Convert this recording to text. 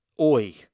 oi